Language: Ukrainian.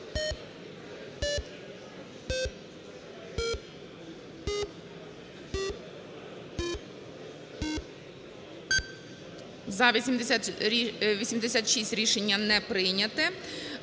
За-93 Рішення не прийняте.